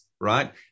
right